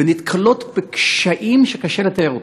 ונתקלות בקשיים שקשה לתאר.